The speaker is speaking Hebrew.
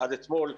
עד אתמול,